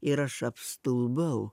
ir aš apstulbau